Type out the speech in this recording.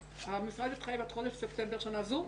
המשרד התחייב עד חודש ספטמבר שנה זו?